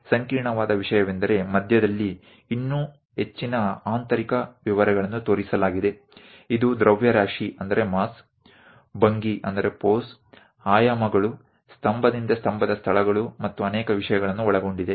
ಸಂಕೀರ್ಣವಾದ ವಿಷಯವೆಂದರೆ ಮಧ್ಯದಲ್ಲಿ ಇನ್ನೂ ಹೆಚ್ಚಿನ ಆಂತರಿಕ ವಿವರಗಳನ್ನು ತೋರಿಸಲಾಗಿದೆ ಇದು ದ್ರವ್ಯರಾಶಿ ಭಂಗಿ ಆಯಾಮಗಳು ಸ್ತಂಭದಿಂದ ಸ್ತಂಭದ ಸ್ಥಳಗಳು ಮತ್ತು ಅನೇಕ ವಿಷಯಗಳನ್ನು ಒಳಗೊಂಡಿದೆ